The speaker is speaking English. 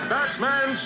Batman